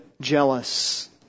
jealous